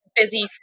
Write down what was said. busy